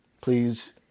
Please